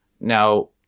Now